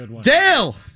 Dale